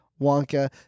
Wonka